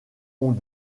ont